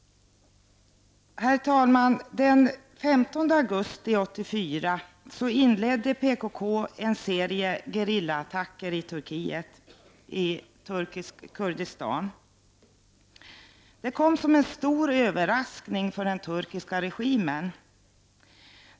Herr talman! Den 15 augusti 1984 inledde PKK en serie gerillaattacker i turkiska Kurdistan. Det kom som en stor överraskning för den turkiska regimen.